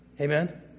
Amen